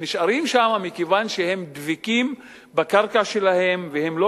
הם נשארים שם מכיוון שהם דבקים בקרקע שלהם והם לא